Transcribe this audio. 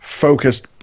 focused